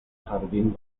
jardín